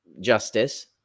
Justice